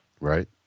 Right